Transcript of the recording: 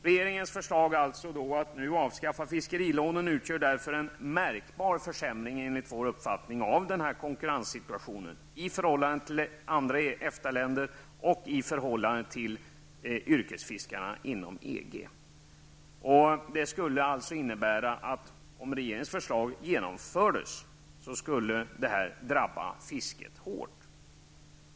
Regeringens förslag att nu avskaffa fiskerilånen utgör därför enligt vår uppfattning en märkbar försämring av konkurrenssituationen -- i förhållande till andra EFTA-länder och i förhållande till yrkesfiskarna inom EG. Om regeringens förslag genomfördes skulle det drabba fisket hårt.